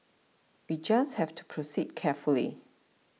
we just have to proceed carefully